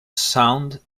sound